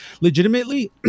legitimately